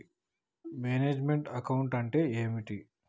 Manage meant account అంటే ఏమిటి?